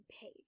page